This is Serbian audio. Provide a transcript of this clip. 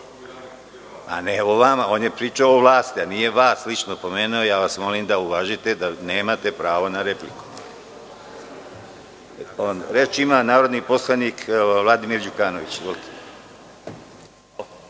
Nije o vama, on je pričao o vlasti, on nije vas lično pomenuo. Molim vas da uvažite da nemate pravo na repliku. Reč ima narodni poslanik Vladimir Đukanović.